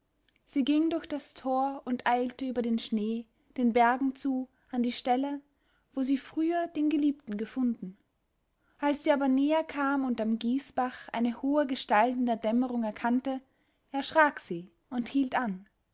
sie ging durch das tor und eilte über den schnee den bergen zu an die stelle wo sie früher den geliebten gefunden als sie aber näher kam und am gießbach eine hohe gestalt in der dämmerung erkannte erschrak sie und hielt an